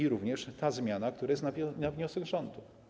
To również ta zmiana, która jest na wniosek rządu.